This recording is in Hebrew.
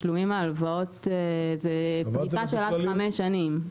זה בפריסה של עד חמש שנים.